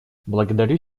благодарю